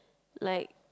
like